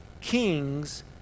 kings